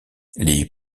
les